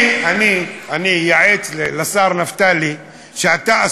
אני אייעץ לשר נפתלי שאתה,